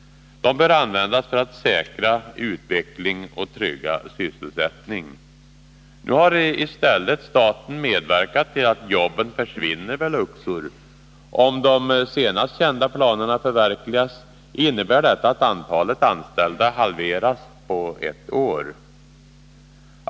De bör användas för att säkra utveckling och trygga sysselsättning. Nu har i stället staten medverkat till att jobben försvinner vid Luxor. Om de senast kända planerna förverkligas, innebär detta att antalet anställda halveras på ett år.